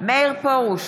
מאיר פרוש,